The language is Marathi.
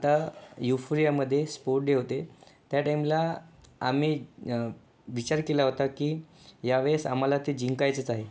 आता युफ्रियामधे स्पोर्ट डे होते त्या टाईमला आम्ही विचार केला होता की या वेळेस आम्हाला ते जिंकायचंच आहे